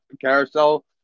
Carousel